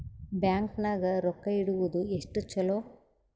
Bank ನಾಗ ರೊಕ್ಕ ಇಡುವುದು ಎಷ್ಟು ಚಲೋ?